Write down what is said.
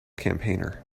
campaigner